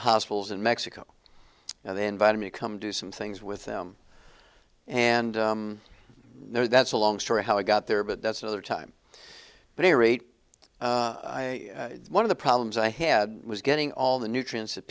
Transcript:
hospitals in mexico and they invited me to come do some things with them and there that's a long story how i got there but that's another time but a rate one of the problems i had was getting all the nutrients that